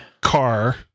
car